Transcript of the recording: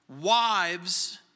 Wives